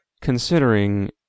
considering